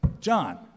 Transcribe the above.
John